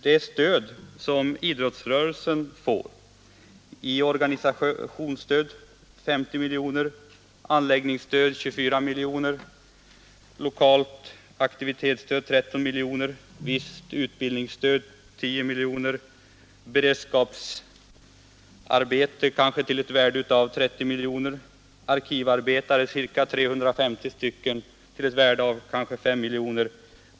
Det stöd som idrottsrörelsen får är organisationsstöd 50 miljoner kronor, anläggningsstöd 24 miljoner, lokalt aktivitetsstöd 13 miljoner, visst utbildningsstöd 10 miljoner, beredskapsarbete kanske till ett värde av 30 miljoner, insatser av arkivarbetare — ca 350 — till ett värde av kanske 5 miljoner kronor.